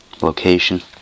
Location